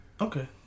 okay